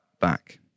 back